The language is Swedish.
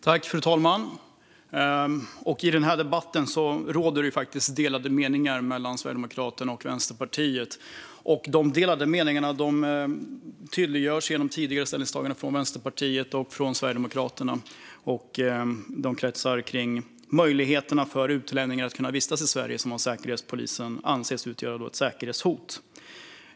Fru talman! I den här frågan råder delade meningar mellan Sverigedemokraterna och Vänsterpartiet. De delade meningarna tydliggörs i tidigare ställningstaganden från Vänsterpartiet och Sverigedemokraterna och kretsar kring möjligheterna att vistas i Sverige för utlänningar som av Säkerhetspolisen anses utgöra ett säkerhetshot.